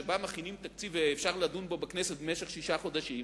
שבה מכינים תקציב ואפשר לדון בו בכנסת שישה חודשים,